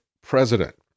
president